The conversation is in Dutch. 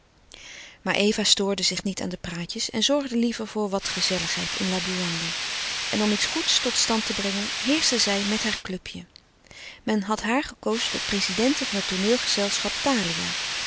maar eva stoorde zich niet aan de praatjes en zorgde liever voor wat gezelligheid in laboewangi en om iets goeds tot stand te brengen heerschte zij met haar clubje men had haar gekozen tot prezidente van het tooneelgezelschap thalia